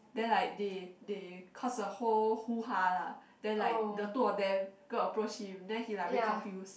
then like they they caused a whole hoo ha lah then like the two of them go and approach him then he like very confused